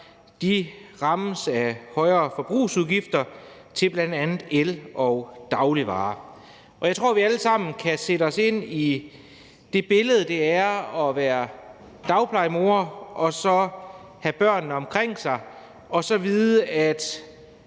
De rammes af højere forbrugsudgifter til bl.a. el og dagligvarer, og jeg tror, vi alle sammen kan sætte os ind i det scenarie med at være dagplejemor og have børnene omkring sig og så vide, at